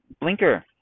blinker